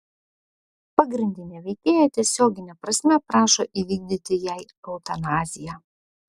pagrindinė veikėja tiesiogine prasme prašo įvykdyti jai eutanaziją